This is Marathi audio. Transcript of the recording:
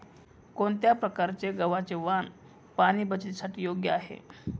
कोणत्या प्रकारचे गव्हाचे वाण पाणी बचतीसाठी योग्य आहे?